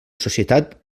societat